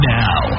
now